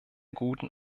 guten